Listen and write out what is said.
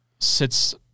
sits